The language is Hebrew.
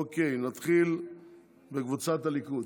אוקיי, נתחיל בקבוצת הליכוד,